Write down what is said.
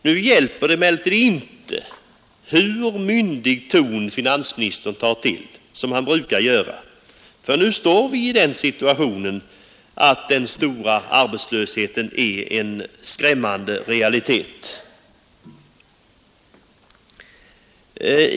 Nu hjälper det emellertid inte hur myndig ton finansministern tar till, som han brukar göra, eftersom vi nu står i den situationen att den stora arbetslösheten är en skrämmande realitet.